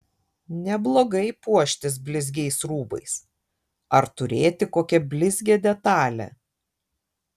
neblogai puoštis blizgiais rūbais ar turėti kokią blizgią detalę